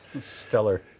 stellar